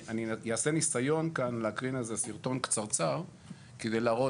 אני אעשה ניסיון כאן להקרין איזה סרטון קצרצר כדי להראות